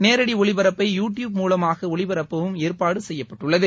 நேரடி ஒலிபரப்பை YouTube மூலமாக ஒளிபரப்பவும் ஏற்பாடு செய்யப்பட்டுள்ளது